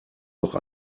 doch